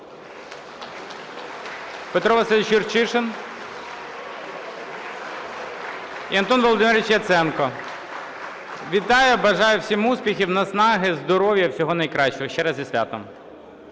Петро Васильович Юрчишин і Антон Володимирович Яценко (Оплески) . Вітаю! Бажаю всім успіхів, наснаги, здоров'я, всього найкращого! Ще раз зі святом!